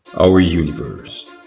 our universe,